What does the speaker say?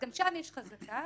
גם שם יש חזקה